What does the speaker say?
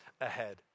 ahead